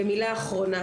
ומילה אחרונה.